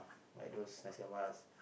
like those nasi-lemak